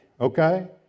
okay